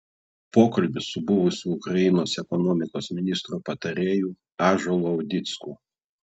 pokalbis su buvusiu ukrainos ekonomikos ministro patarėju ąžuolu audicku